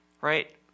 right